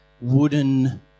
wooden